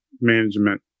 management